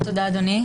תודה, אדוני.